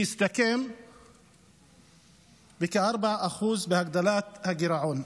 שיסתכם בכ-4% בהגדלת הגירעון.